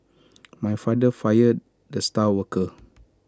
my father fired the star worker